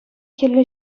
хӗлле